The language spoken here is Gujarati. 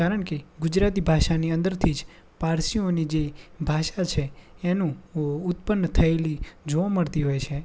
કારણકે ગુજરાતી ભાષાની અંદરથી જ પારસીઓની જે ભાષા છે એનું ઉત્પન્ન થયેલી જોવા મળતી હોય છે